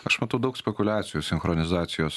aš matau daug spekuliacijos sinchronizacijos